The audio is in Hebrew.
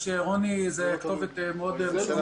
רוני הוא כתובת מאוד חשובה.